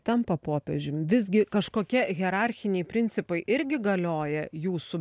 tampa popiežium visgi kažkokie hierarchiniai principai irgi galioja jūsų